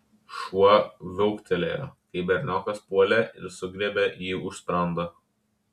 šuo viauktelėjo kai berniokas puolė ir sugriebė jį už sprando